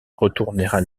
retournèrent